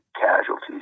casualties